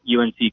UNC